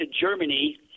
Germany